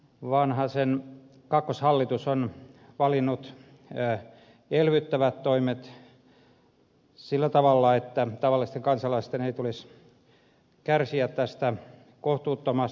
vanhasen kakkoshallitus on valinnut elvyttävät toimet sillä tavalla että tavallisten kansalaisten ei tulisi kärsiä tästä kohtuuttomasti